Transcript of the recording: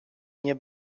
nie